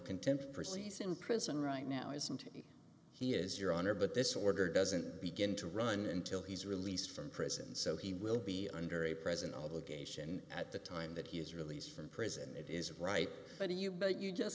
contempt for cease in prison right now isn't he is your honor but this order doesn't begin to run until he's released from prison so he will be under a present obligation at the time that he is released from prison it is right but he you but you just